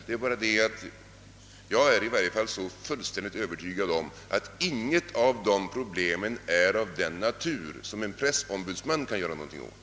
Men jag för min del är fullständigt övertygad om att inget av dessa problem är av den naturen, att en pressombudsman kan göra något åt saken.